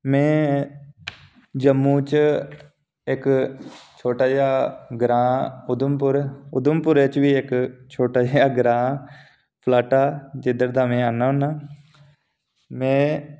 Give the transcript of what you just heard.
में जम्मू च इक छोटा जेहा ग्रांऽ उधमपुर उधमपुरै च बी इक छोटा जेहा ग्रांऽ फलाटा जिद्धर दा में आन्ना होन्ना में